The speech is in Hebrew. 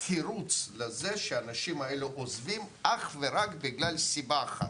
תירוץ לזה שאנשים האלו עוזבים חוץ מאשר סיבה אחת,